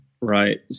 Right